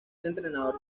entrenador